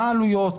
מה העלויות,